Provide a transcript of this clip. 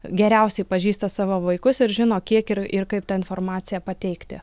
geriausiai pažįsta savo vaikus ir žino kiek ir ir kaip tą informaciją pateikti